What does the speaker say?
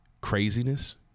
craziness